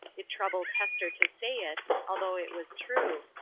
it troubled hester to say it, although it was true,